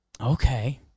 Okay